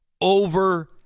over